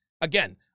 Again